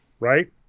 right